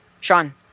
Sean